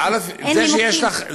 אין נימוקים.